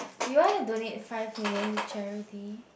you wanna donate five million with charity